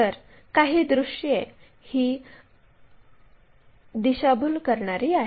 तर काही व्ह्यूज हे दिशाभूल करणारी आहेत